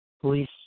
police